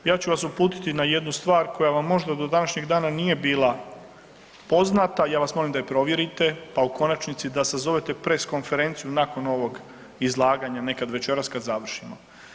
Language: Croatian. Ja ću vas uputiti na jednu stvar koja vam možda do današnjeg dana nije bila poznata, ja vas molim da je provjerite, pa u konačnici da sazovete pres konferenciju nakon ovog izlaganja nekad večeras kad završimo.